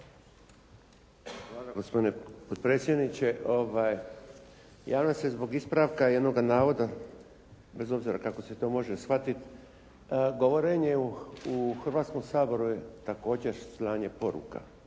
Hvala, gospodine potpredsjedniče. Javljam se zbog ispravka jednoga navoda, bez obzira kako se to može shvatiti. Govorenje u Hrvatskom saboru je također slanje poruka,